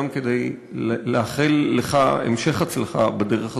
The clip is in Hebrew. גם כדי לאחל לך המשך הצלחה בדרך הזאת,